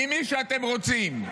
ממי שאתם רוצים.